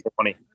20